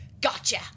Gotcha